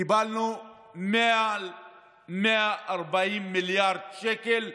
קיבלנו 140 מיליארד שקל גירעון.